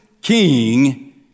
king